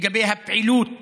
לגבי הפעילות